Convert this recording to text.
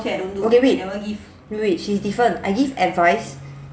okay wait wait wait wait she is different I give advice